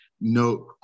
No